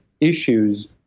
issues